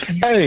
Hey